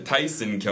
Tyson